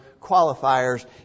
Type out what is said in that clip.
qualifiers